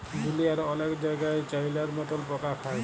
দুঁলিয়ার অলেক জায়গাই চাইলার মতল পকা খায়